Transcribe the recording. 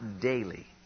daily